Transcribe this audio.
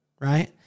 right